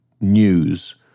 news